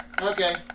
okay